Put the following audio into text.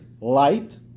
light